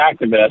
activist